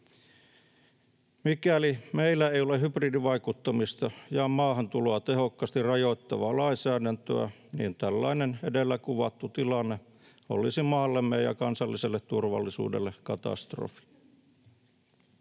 Mikäli meillä ei ole hybridivaikuttamista ja maahantuloa tehokkaasti rajoittavaa lainsäädäntöä, niin tällainen edellä kuvattu tilanne olisi maallemme ja kansalliselle turvallisuudelle katastrofi.